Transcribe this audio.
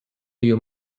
you